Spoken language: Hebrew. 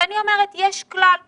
אני אומרת, יש כלל פשוט: